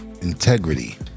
Integrity